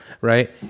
right